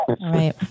Right